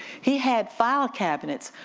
he had file cabinets.